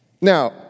Now